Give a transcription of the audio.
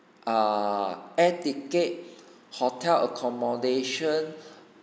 uh air ticket hotel accommodation